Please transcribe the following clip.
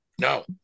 No